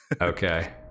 okay